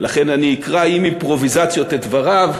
לכן אני אקרא עם אימפרוביזציות את דבריו,